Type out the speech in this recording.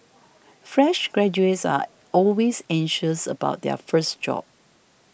fresh graduates are always anxious about their first job